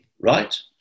right